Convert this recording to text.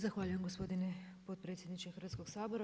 Zahvaljujem gospodine potpredsjedniče Hrvatskog sabora.